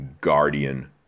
Guardian